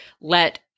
let